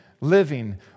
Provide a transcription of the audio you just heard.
living